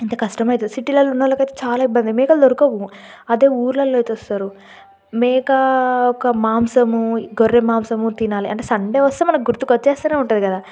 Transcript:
ఎంత కష్టమైతుంది సిటీలో ఉన్నోళ్ళకైతే చాలా ఇబ్బంది మేకలు దొరకవు అయితే ఊర్లలో తెస్తారు మేకా ఒక మాంసము గొర్రె మాంసము తినాలి అంటే సండే వస్తే మనకు గుర్తుకొచ్చేస్తనే ఉంటుంది కదా